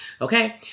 Okay